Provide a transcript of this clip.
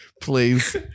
Please